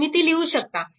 तुम्ही ती लिहू शकता